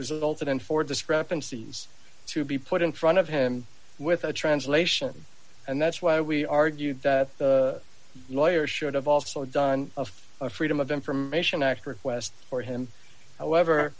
resulted in four discrepancies to be put in front of him with a translation and that's why we argued that the lawyer should have also done of a freedom of information act request for him however